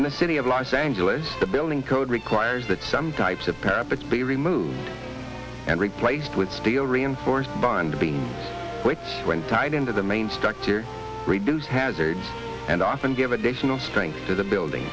in the city of los angeles the building code requires that some types of purpose be removed and replaced with steel reinforced bond being which when tied into the main structure reduce hazard and often give additional strength to the building